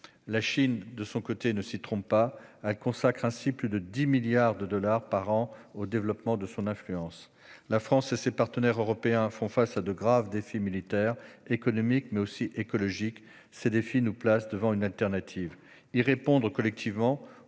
la Chine ne s'y trompe pas. Elle consacre ainsi plus de 10 milliards de dollars par an au développement de son influence. La France et ses partenaires européens font face à de graves défis militaires, économiques et écologiques. Ces défis nous placent devant une alternative : y répondre collectivement